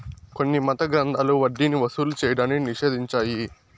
కొన్ని మత గ్రంథాలు వడ్డీని వసూలు చేయడాన్ని నిషేధించాయి